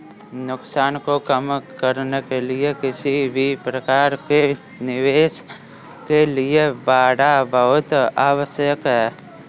नुकसान को कम करने के लिए किसी भी प्रकार के निवेश के लिए बाड़ा बहुत आवश्यक हैं